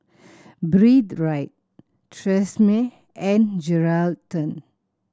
Breathe Right Tresemme and Geraldton